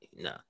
no